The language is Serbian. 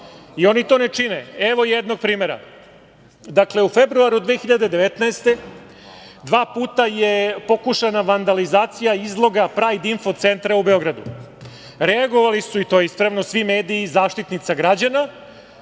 Oni to ne čine. Evo jednog primera. Dakle, u februaru 2019. godine, dva puta je pokušana vandalizacija izloga Prajd info centra u Beogradu. Reagovali su, i to je ispravno, svi mediji i Zaštitnik građana.